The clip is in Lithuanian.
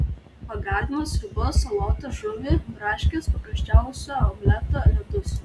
pagardina sriubas salotas žuvį braškes paprasčiausią omletą ledus